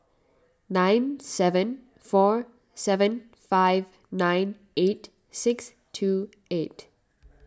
nine seven four seven five nine eight six two eight